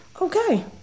Okay